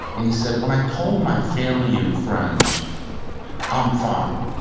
and he said, when i told my family and friends i'm fine,